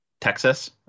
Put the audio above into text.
Texas